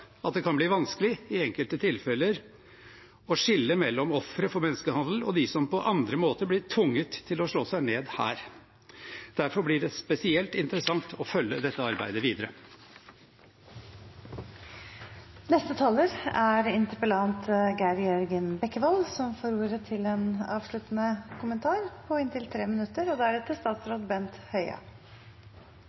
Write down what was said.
at det i enkelte tilfeller kan bli vanskelig å skille mellom ofre for menneskehandel og dem som på andre måter blir tvunget til å slå seg ned her. Derfor blir det spesielt interessant å følge dette arbeidet videre. Jeg vil takke representanten Grimstad for et meget godt innlegg, som